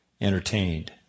entertained